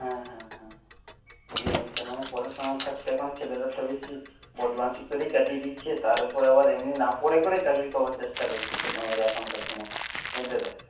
হ্যাঁ হ্যাঁ হ্যাঁ বুঝে গেছি মানে পড়াশোনা থাকতে এখন ছেলে বদমাইশি করেই কাটিয়ে দিচ্ছে তার উপর আবার এমনি না পড়ে পড়ে চাকরি পাওয়ার চেষ্টা করছে ছেলেমেয়েরা এখনকার দিনে মহিলারা